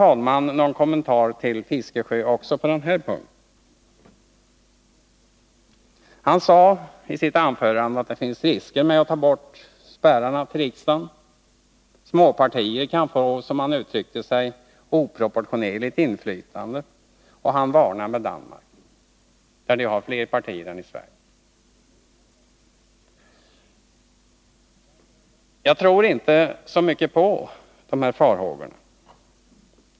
Bertil Fiskesjö sade att det finns risker med att ta bort spärrarna till riksdagen —-småpartier kunde få, som han uttryckte det, ett oproportionerligt stort inflytande. Som ett varnande exempel pekade han på Danmark, där man har fler partier än vi har i Sverige. Jag tror inte på dessa farhågor.